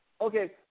Okay